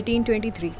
1823